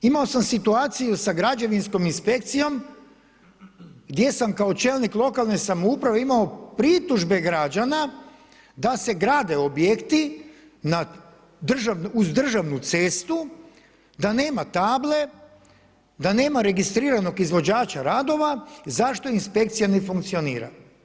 Imao sam situaciju sa građevinskom inspekcijom, gdje sam kao čelnik lokalne samouprave imao pritužbe građana da se grade objekti uz državnu cestu, da nema table, da nema registriranog izvođača radova, zašto inspekcija ne funkcionira.